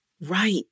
Right